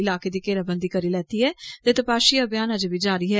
इलाके दी घेराबंदी करी लैती ऐ ते तपाशी अभियान अजें बी जारी ऐ